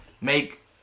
make